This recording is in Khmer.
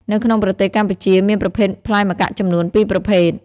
នៅក្នុងប្រទេសកម្ពុជាមានប្រភេទផ្លែម្កាក់ចំនួន ពីរប្រភេទ។